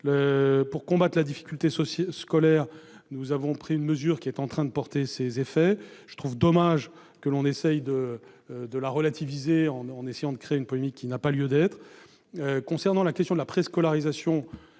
Pour combattre la difficulté scolaire, nous avons pris une mesure qui est en train de porter ses fruits. Je trouve dommage que l'on essaie de la relativiser en créant une polémique qui n'a pas lieu d'être. En ce qui concerne la préscolarisation,